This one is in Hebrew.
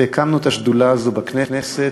והקמנו את השדולה הזאת בכנסת.